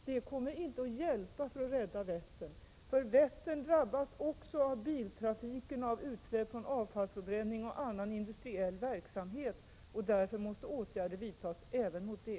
Detta hjälper inte för att rädda Vättern. Vättern drabbas också av biltrafiken och av utsläpp från avfallsförbränning och annan industriell verksamhet. Därför måste åtgärder vidtas även mot det.